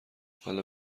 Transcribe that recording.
حالا